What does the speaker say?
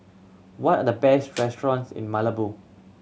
what are the best restaurants in Malabo